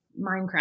Minecraft